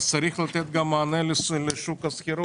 צריך לתת גם מענה לשוק השכירות.